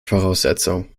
voraussetzung